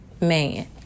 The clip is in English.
man